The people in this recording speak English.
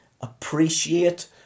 appreciate